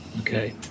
Okay